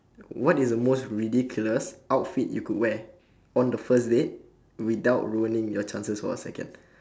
what is the most ridiculous outfit you could wear on the first date without ruining your chances for a second